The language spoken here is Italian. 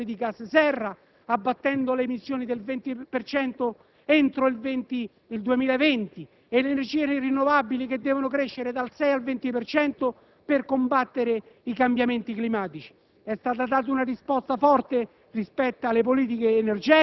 Si pongono anche obiettivi ambiziosi che riguardano le emissioni di gas serra, abbattendo le emissioni del 20 per cento entro il 2020, e le energie rinnovabili, che devono crescere dal 6 al 20 per cento per combattere i cambiamenti climatici.